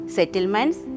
Settlements